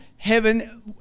heaven